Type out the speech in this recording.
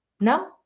No